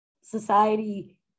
society